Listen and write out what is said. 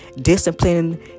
discipline